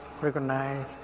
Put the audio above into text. recognize